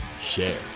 share